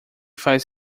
faz